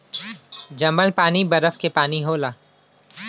जमल पानी बरफ के पानी होला